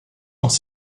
dans